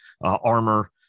armor